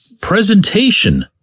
presentation